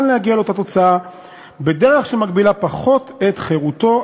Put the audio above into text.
להגיע לאותה תוצאה בדרך שמגבילה פחות את חירותו,